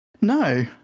No